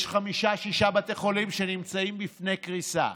יש חמישה-שישה בתי חולים שנמצאים בפני קריסה.